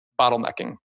bottlenecking